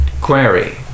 Query